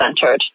centered